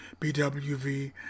BWV